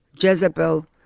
Jezebel